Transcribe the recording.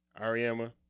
Ariama